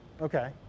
okay